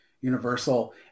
Universal